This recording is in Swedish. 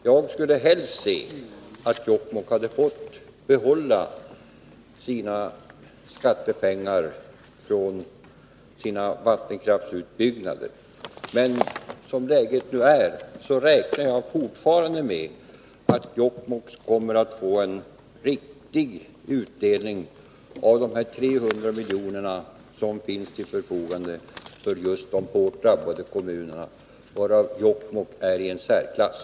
Jag såge helst att Jokkmokks kommun fick behålla sina skattepengar från vattenkraftsutbyggnaden. Men såsom läget nu är räknar jag fortfarande med att Jokkmokks kommun kommer att få en riktig utdelning av de 300 milj.kr. som finns till förfogande för hårt drabbade kommuner, bland vilka Jokkmokks kommun står i särklass.